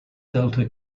delta